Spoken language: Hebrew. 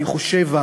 אני חושב,